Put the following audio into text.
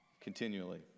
Continually